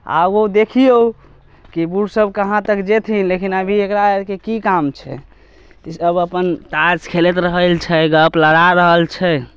आओर ओ देखियौ कि बुढ़ सभ कहाँ तक जेथिन लेकिन अभी एकरा आरके कि काम छै कि सभ अपन तास खेलैत रहल छै गऽप लड़ा रहल छै